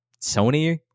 Sony